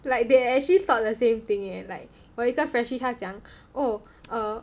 like they actually thought the same thing eh like 我有一个 freshie 他讲 oh err